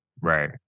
Right